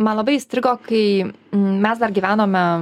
man labai įstrigo kai mes dar gyvenome